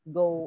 go